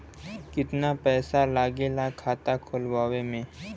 कितना पैसा लागेला खाता खोलवावे में?